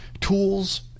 tools